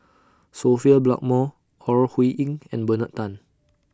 Sophia Blackmore Ore Huiying and Bernard Tan